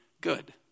good